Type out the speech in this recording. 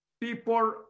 People